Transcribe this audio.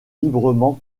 librement